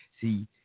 See